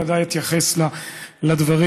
וודאי אתייחס גם לדברים